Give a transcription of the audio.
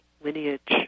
lineage